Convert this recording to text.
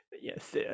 yes